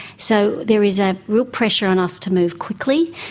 so there is a real pressure on us to move quickly,